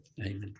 Amen